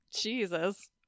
Jesus